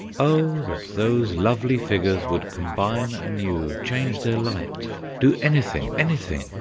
oh, that those lovely figures would combine anew change their light do anything, anything!